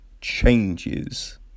changes